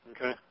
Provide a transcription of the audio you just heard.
okay